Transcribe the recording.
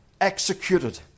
executed